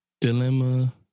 Dilemma